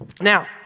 Now